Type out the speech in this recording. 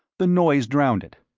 the noise drowned it.